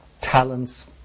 talents